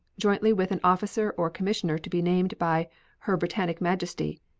jointly with an officer or commissioner to be named by her britannic majesty,